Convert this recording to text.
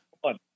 one